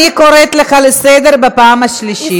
אני קוראת אותך לסדר בפעם השלישית.